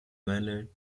minor